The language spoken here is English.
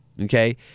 okay